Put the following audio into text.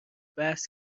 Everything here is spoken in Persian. بحث